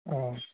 औ